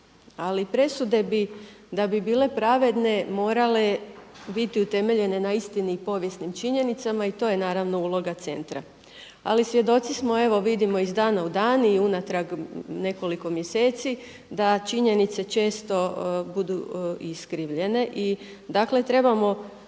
ali presude bi da bi bile pravedne morale biti utemeljene na istini i povijesnim činjenicama i to je naravno uloga centra. Ali svjedoci smo evo vidimo iz dana u dan i unatrag nekoliko mjeseci da činjenice često budu iskrivljene. I dakle trebamo